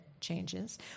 changes